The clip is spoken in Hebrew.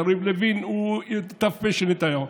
יריב לוין הוא ת"פ של נתניהו.